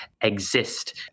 exist